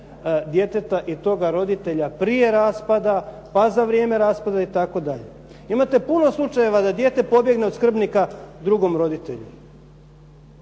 djeteta i toga roditelja prije raspada, pa za vrijeme raspada itd. Imate puno slučajeva da dijete pobjegne od skrbnika drugom roditelju.